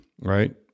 right